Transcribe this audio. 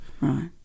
Right